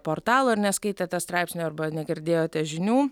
portalo ir neskaitėte straipsnio arba negirdėjote žinių